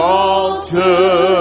altar